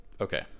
Okay